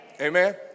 amen